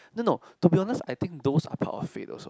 no no to be honest I think those are part of fate also